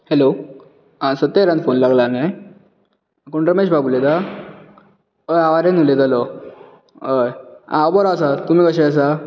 hello आ सत्तेरान phone लागला न्हय कोण रमेशबाब उलयता हय हांव आर्यन उलयतालो हय हांव बरो आसा तुमी कशें आसा